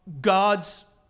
God's